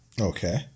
Okay